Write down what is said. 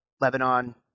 Lebanon